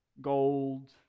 gold